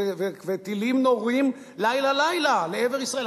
וטילים נורים לילה-לילה לעבר ישראל.